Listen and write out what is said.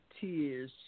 tears